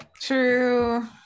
True